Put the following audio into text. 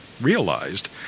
realized